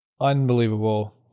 Unbelievable